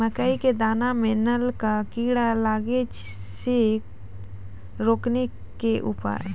मकई के दाना मां नल का कीड़ा लागे से रोकने के उपाय?